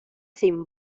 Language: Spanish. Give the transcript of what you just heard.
sin